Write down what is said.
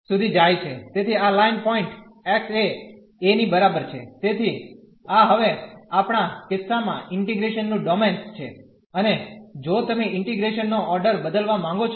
તેથી આ line point x એ a ની બરાબર છે તેથી આ હવે આપણા કિસ્સામાં ઇન્ટીગ્રેશન નું ડોમેન છે અને જો તમે ઇન્ટીગ્રેશન નો ઓર્ડર બદલવા માંગો છો